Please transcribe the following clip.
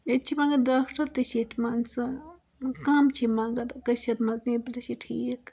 ییٚتہِ چھِ مَگَر ڈاکٹَر تہِ چھِ مان ژٕ کَم چھِ مَگَر کٔشیٖرِ منٛز نیٚبرٕ چھِ ٹھیٖک